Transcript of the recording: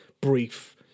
brief